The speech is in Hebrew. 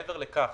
מעבר לכך,